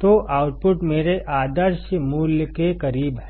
तो आउटपुट मेरे आदर्श मूल्य के करीब है